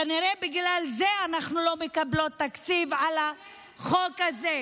כנראה בגלל זה אנחנו לא מקבלות תקציב על החוק הזה.